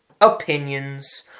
opinions